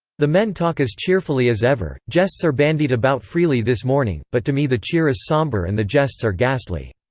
the men talk as cheerfully as ever jests are bandied about freely this morning but to me the cheer is somber and the jests are ghastly.